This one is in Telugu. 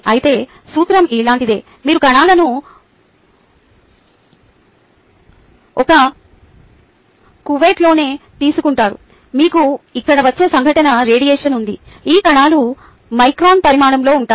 అయితే సూత్రం ఇలాంటిదే మీరు కణాలను ఒక కువెట్లోనే తీసుకుంటారు మీకు ఇక్కడ వచ్చే సంఘటన రేడియేషన్ ఉంది ఈ కణాలు మైక్రాన్ పరిమాణంలో ఉంటాయి